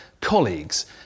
colleagues